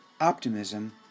Optimism